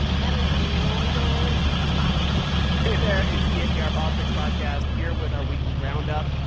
that is a loyal follower hey there. it's the npr politics podcast here with our weekly roundup.